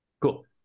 Cool